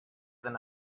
than